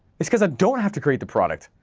it's cuz i don't have to create the product.